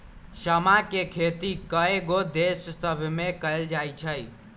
समा के खेती कयगो देश सभमें कएल जाइ छइ